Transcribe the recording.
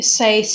say